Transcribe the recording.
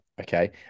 okay